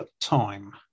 time